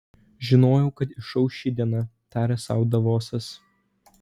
žinojau kad išauš ši diena tarė sau davosas